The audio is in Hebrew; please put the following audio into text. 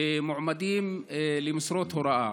במועמדים למשרות הוראה.